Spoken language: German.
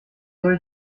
soll